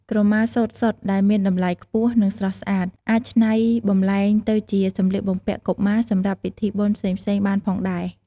ក្រមាសូត្រសុទ្ធដែលមានតម្លៃខ្ពស់ និងស្រស់ស្អាត អាចច្នៃបម្លែងទៅជាសម្លៀកបំពាក់កុមារសម្រាប់ពិធីបុណ្យផ្សេងៗបានផងដែរ។